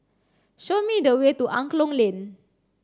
show me the way to Angklong Lane